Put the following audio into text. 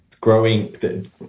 Growing